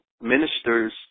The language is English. ministers